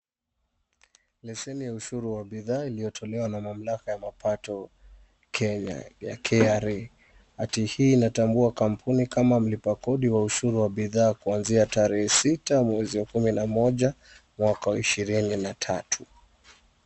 Leseni ya ushuru wa bidhaa iliyotolewa na mamlaka ya mapato, Kenya ya KRA hati hii inatambua kampuni kama mlipa kodi wa ushuru wa bidhaa kwanzia tarehe sita mwezi wa kumi na moja mwaka wa ishirini na tatu.